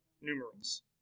numerals